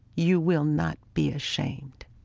you will not be ashamed